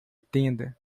tenda